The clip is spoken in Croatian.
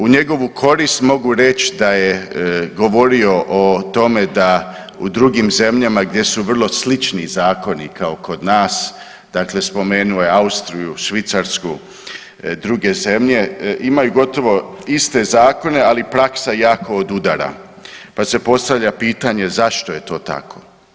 U njegovu korist mogu reći da je govorio o tome da u drugim zemljama gdje su vrlo slični zakoni kao kod nas, dakle spomenuo je Austriju, Švicarsku, druge zemlje imaju gotovo iste zakone, ali praksa jako odudara pa se postavlja pitanje zašto je to tako.